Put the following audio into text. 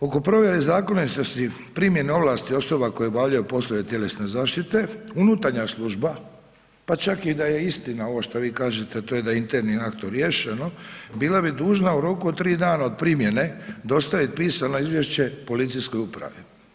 Oko provjere zakonitosti primjene ovlasti osoba koje obavljaju poslove tjelesne zaštite, unutarnja služba, pa čak i da je istina ovo što vi kažete, to je da internim aktom riješeno, bila bi dužna u roku od 3 dana od primjene dostaviti pisano izvješće policijske uprave.